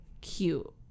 cute